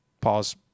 Pause